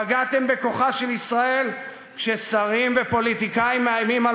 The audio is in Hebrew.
פגעתם בכוחה של ישראל כששרים ופוליטיקאים מאיימים על